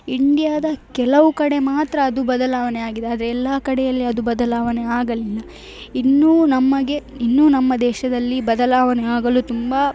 ಇಂಡ್ಯಾದ ಕೆಲವು ಕಡೆ ಮಾತ್ರ ಅದು ಬದಲಾವಣೆ ಆಗಿದೆ ಆದರೆ ಎಲ್ಲಾ ಕಡೆಯಲ್ಲಿ ಅದು ಬದಲಾವಣೆ ಆಗಲಿಲ್ಲ ಇನ್ನೂ ನಮಗೆ ಇನ್ನೂ ನಮ್ಮ ದೇಶದಲ್ಲಿ ಬದಲಾವಣೆ ಆಗಲು ತುಂಬ